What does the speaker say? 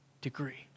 degree